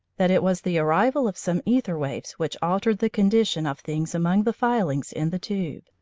that it was the arrival of some aether waves which altered the condition of things among the filings in the tube.